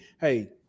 hey